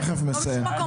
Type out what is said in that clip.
לא משום מקום אחר.